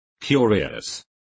Curious